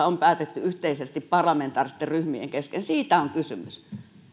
on päätetty yhteisesti parlamentaaristen ryhmien kesken siitä on kysymys